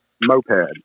moped